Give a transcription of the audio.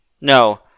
No